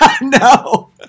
No